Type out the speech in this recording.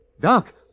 Doc